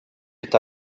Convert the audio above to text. est